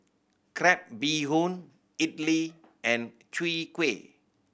crab bee hoon idly and Chwee Kueh